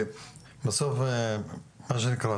מה שנקרא,